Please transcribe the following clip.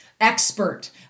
expert